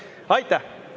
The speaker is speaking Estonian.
Aitäh!